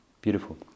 Beautiful